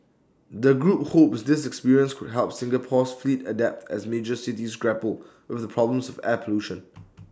the group hopes this experience could help Singapore's fleet adapt as major cities grapple with the problem of air pollution